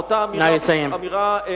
באותה אמירה,